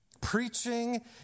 Preaching